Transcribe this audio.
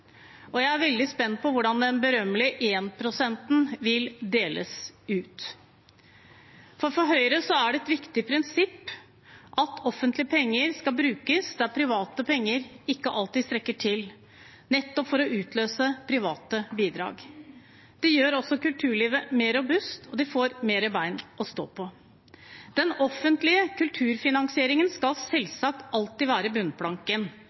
Og jeg er veldig spent på hvordan den berømmelige énprosenten vil deles ut. For Høyre er det et viktig prinsipp at offentlige penger skal brukes der private penger ikke alltid strekker til, nettopp for å utløse private bidrag. Det gjør kulturlivet mer robust, og de får flere ben å stå på. Den offentlige kulturfinansieringen skal selvsagt alltid være bunnplanken.